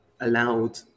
allowed